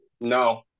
No